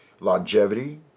Longevity